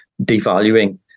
devaluing